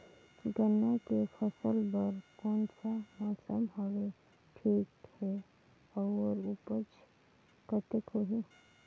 गन्ना के फसल बर कोन सा मौसम हवे ठीक हे अउर ऊपज कतेक होही?